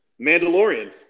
Mandalorian